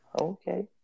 okay